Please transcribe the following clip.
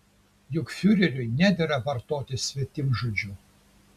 juk fiureriui nedera vartoti svetimžodžių